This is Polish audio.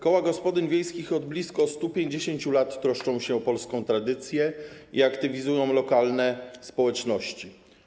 Koła gospodyń wiejskich od blisko 150 lat troszczą się o polską tradycję i aktywizują lokalne społeczności.